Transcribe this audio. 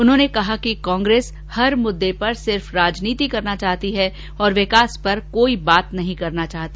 उन्होंने कहा कि कांग्रेस हर मुददे पर सिर्फ राजनीति करना चाहती है और विकास पर कोई बात नहीं करना चाहती